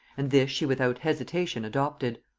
and this she without hesitation adopted.